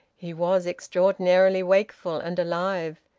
he was extraordinarily wakeful and alive,